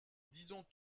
disons